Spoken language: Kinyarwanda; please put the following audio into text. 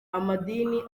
amadini